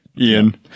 Ian